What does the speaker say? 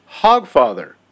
Hogfather